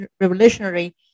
revolutionary